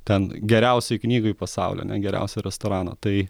ten geriausioj knygoj pasaulio ane geriausio restorano tai